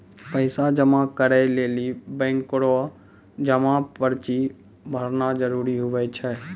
पैसा जमा करै लेली बैंक रो जमा पर्ची भरना जरूरी हुवै छै